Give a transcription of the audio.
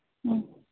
ꯎꯝ